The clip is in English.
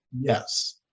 Yes